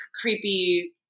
creepy